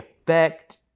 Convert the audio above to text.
effect